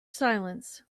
silence